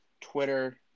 Twitter